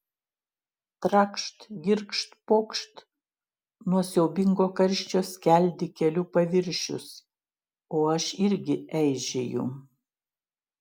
trakšt girgžt pokšt nuo siaubingo karščio skeldi kelių paviršius o aš irgi eižėju